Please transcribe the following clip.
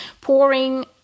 pouring